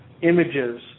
images